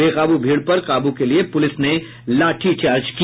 बेकाबू भीड़ पर काबू के लिये पुलिस ने लाठीचार्ज किया